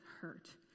hurt